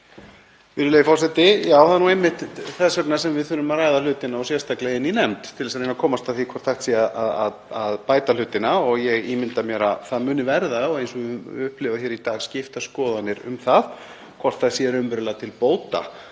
það er nú einmitt þess vegna sem við þurfum að ræða hlutina og sérstaklega í nefnd, til að reyna að komast að því hvort hægt sé að bæta hlutina. Ég ímynda mér að það muni verða. Eins og við höfum upplifað hér í dag eru skiptar skoðanir um það hvort það sé raunverulega til bóta,